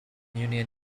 union